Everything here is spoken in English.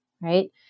Right